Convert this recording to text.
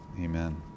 Amen